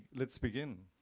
let's begin.